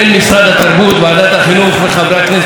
ועדת החינוך וחברי הכנסת המסתייגים,